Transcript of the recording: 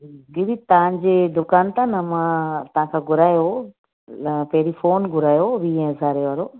दीदी तव्हांजे दुकान तां न मां तव्हांखां घुरायो हो ल पहिरीं फ़ोन घुरायो हो वीहें हज़ारें वारो